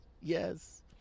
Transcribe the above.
Yes